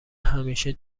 همیشه